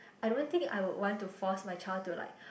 I don't think I would want to force my child to like